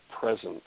presence